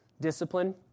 discipline